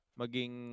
maging